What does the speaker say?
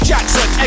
Jackson